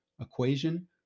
equation